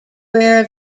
rare